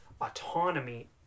autonomy